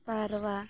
ᱯᱟᱣᱨᱟ